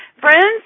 Friends